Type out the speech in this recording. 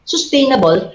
Sustainable